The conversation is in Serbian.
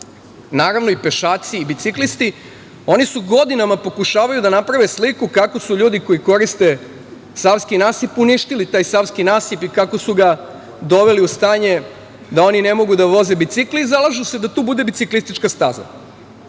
naravno i pešaci i biciklisti, oni godinama pokušavaju da naprave sliku kako su ljudi koji koriste savski nasip uništili taj savski nasip i kako su ga doveli u stanje da oni ne mogu da voze bicikle i zalažu se da tu bude biciklistička staza. Šta